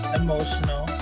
emotional